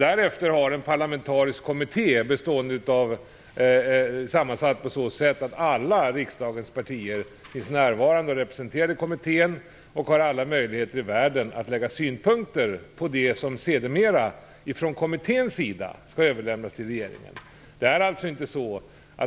Därefter har en parlamentarisk kommitté, som är sammansatt på så sätt att alla riksdagens partier finns närvarande och representerade, alla möjligheter i världen att lägga fram synpunkter på det som sedermera från kommitténs sida skall överlämnas till regeringen.